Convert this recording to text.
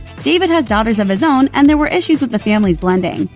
david has daughters of his own and there were issues with the families blending.